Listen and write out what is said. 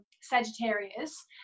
Sagittarius